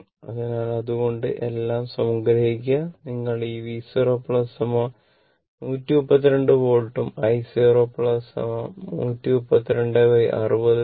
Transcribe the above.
അതിനാൽ അതുകൊണ്ട എല്ലാം സംഗ്രഹിക്കുക നിങ്ങൾ ഈ V 0 132 വോൾട്ടും i 0 132 60 2